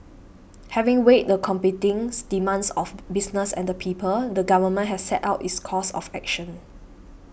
having weighed the competings demands of business and the people the government has set out its course of action